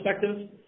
perspective